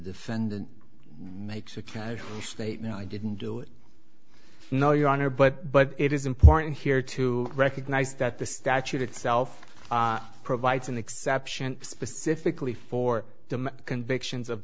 defendant makes a casual statement i didn't do it no your honor but but it is important here to recognize that the statute itself provides an exception specifically for them convictions of